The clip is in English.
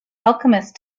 alchemist